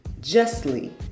justly